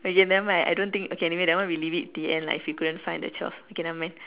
okay nevermind I don't think okay anyway that one we leave it to the end lah if you couldn't find the twelve okay nevermind